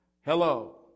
Hello